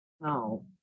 no